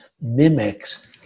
mimics